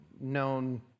known